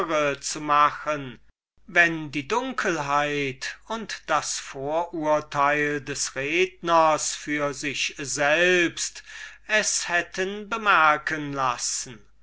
zu machen wenn die dunkelheit und das vorurteil des redners für sich selbst es hätten bemerken lassen